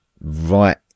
right